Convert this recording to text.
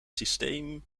systeem